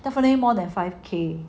definitely more than five K